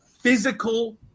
physical